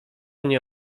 nie